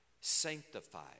sanctified